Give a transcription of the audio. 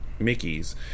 Mickey's